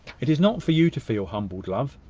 it is not for you to feel humbled, love.